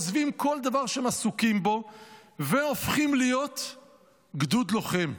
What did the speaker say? עוזבים כל דבר שהם עסוקים בו והופכים להיות גדוד לוחם.